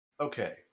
Okay